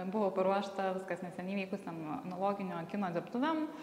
buvo paruošta viskas neseniai vykusiom analoginio kino dirbtuvėm